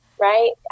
right